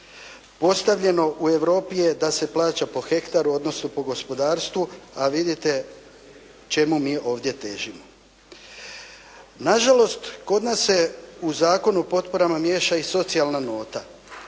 Postavljeno u Europi je da se plaća po hektaru odnosno po gospodarstvu a vidite čemu mi ovdje težimo. Nažalost kod nas se u Zakonu o potporama miješa i socijalna nota